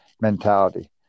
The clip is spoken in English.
mentality